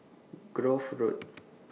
Grove Road